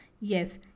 Yes